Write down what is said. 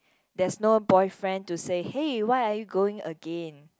there's no boyfriend to say hey why are you going again